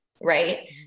right